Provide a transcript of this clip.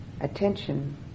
attention